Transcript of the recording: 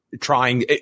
trying